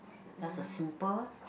just a simple